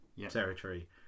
Territory